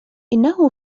إنه